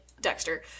Dexter